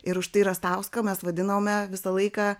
ir už tai rastauską mes vadinome visą laiką